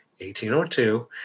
1802